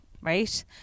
Right